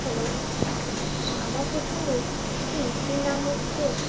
hello আমার পছন্দের কিছু মিষ্টির নাম হচ্ছে